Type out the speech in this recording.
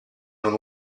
non